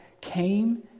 came